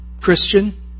Christian